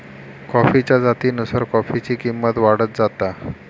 कॉफीच्या जातीनुसार कॉफीची किंमत वाढत जाता